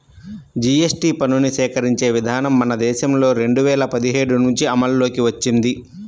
GST పన్నుని సేకరించే విధానం మన దేశంలో రెండు వేల పదిహేడు నుంచి అమల్లోకి వచ్చింది